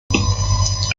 das